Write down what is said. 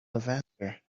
levanter